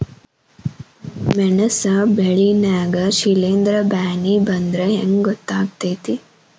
ನನ್ ಮೆಣಸ್ ಬೆಳಿ ನಾಗ ಶಿಲೇಂಧ್ರ ಬ್ಯಾನಿ ಬಂದ್ರ ಹೆಂಗ್ ಗೋತಾಗ್ತೆತಿ?